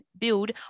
build